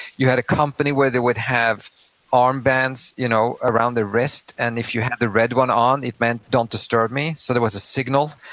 you had a company where they would have armbands you know around their wrist and if you had the red one on it meant don't disturb me, so there was a signal,